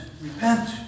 repent